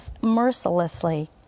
mercilessly